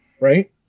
right